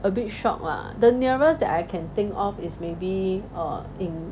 a bit shocked lah the nearest that I can think of is maybe err in